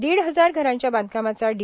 दीड हजार घरांच्या बांधकामाचा डी